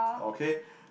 okay